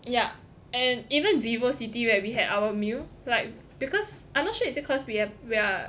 yup and even Vivocity where we had our meal like because I'm not sure is it cause we have we are